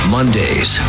Mondays